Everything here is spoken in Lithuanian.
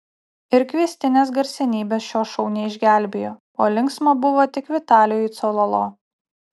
ir kviestinės garsenybės šio šou neišgelbėjo o linksma buvo tik vitalijui cololo